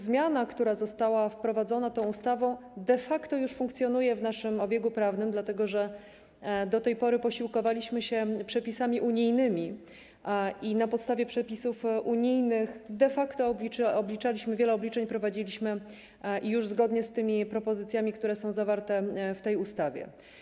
Zmiana, która została wprowadzona tą ustawą, de facto już funkcjonuje w naszym obiegu prawnym, dlatego że do tej pory posiłkowaliśmy się przepisami unijnymi i na podstawie przepisów unijnych wiele obliczeń już prowadziliśmy zgodnie z propozycjami, które są zawarte w tej ustawie.